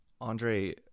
Andre